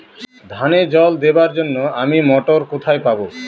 ধানে জল দেবার জন্য আমি মটর কোথায় পাবো?